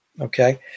okay